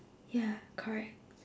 ya correct